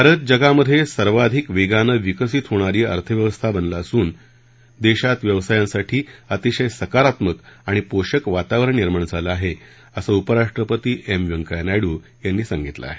भारत जगामध्ये सर्वाधिक वेगानं विकसित होणारी अर्थव्यवस्था बनला असून देशात व्यवसायांसाठी अतिशय सकारात्मक आणि पोषक वातावरण निर्माण झालं आहे असं उपराष्ट्रपती एम व्यंकय्या नायडू यांनी सांगितलं आहे